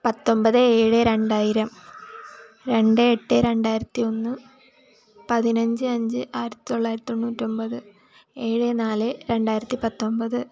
പത്തൊമ്പത് ഏഴ് രണ്ടായിരം രണ്ട് എട്ട് രണ്ടായിരത്തി ഒന്ന് പതിനഞ്ച് അഞ്ച് ആയിരത്തിത്തൊള്ളായിരത്തിത്തൊണ്ണൂറ്റൊമ്പത് ഏഴ് നാല് രണ്ടായിരത്തി പത്തൊമ്പത്